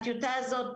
הטיוטה הזאת,